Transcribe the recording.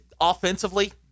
offensively